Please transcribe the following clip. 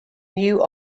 new